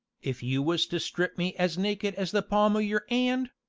if you was to strip me as naked as the palm o' your and,